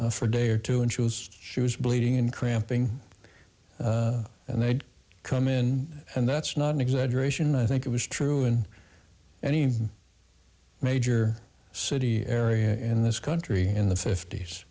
for a day or two and she was bleeding and cramping and they'd come in and that's not an exaggeration i think it was true in any major city area in this country in the fift